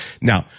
Now